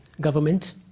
government